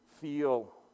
feel